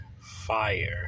Fire